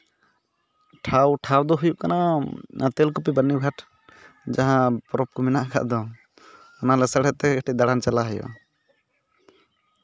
ᱴᱷᱟᱶ ᱴᱷᱟᱶ ᱫᱚ ᱦᱩᱭᱩᱜ ᱠᱟᱱᱟ ᱚᱱᱟ ᱛᱮᱞᱠᱩᱯᱤ ᱵᱟᱹᱨᱱᱤᱜᱷᱟᱴ ᱡᱟᱦᱟᱸ ᱯᱚᱨᱚᱵᱽ ᱠᱚ ᱢᱮᱱᱟᱜ ᱟᱠᱟᱫ ᱫᱚ ᱚᱱᱟ ᱞᱮᱥᱟᱲᱦᱮᱫ ᱛᱮᱜᱮ ᱠᱟᱹᱴᱤᱡ ᱫᱟᱬᱟᱱ ᱪᱟᱞᱟᱜ ᱦᱩᱭᱩᱜᱼᱟ